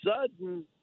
sudden